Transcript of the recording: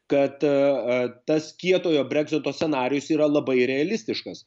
kad tas kietojo breksito scenarijus yra labai realistiškas